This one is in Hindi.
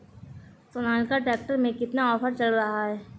सोनालिका ट्रैक्टर में कितना ऑफर चल रहा है?